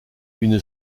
une